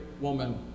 woman